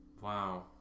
Wow